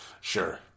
Sure